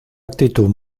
actitud